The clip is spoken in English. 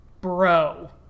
Bro